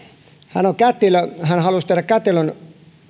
hän on kätilö hän haluaisi tehdä kätilön